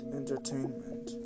entertainment